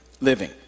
living